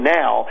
now